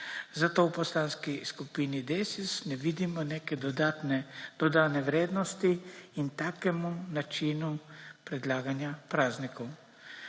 Zato v Poslanski skupini Desus ne vidimo neke dodane vrednosti in takemu načinu predlaganja praznikov.